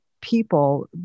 people